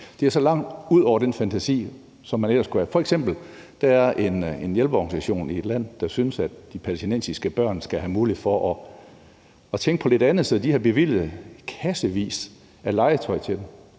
hvad man kunne have fantasi til at forestille sig. Der er f.eks. en hjælpeorganisation i et land, der synes, at de palæstinensiske børn skal have mulighed for at tænke på noget andet, så de har bevilget kassevis af legetøj til dem.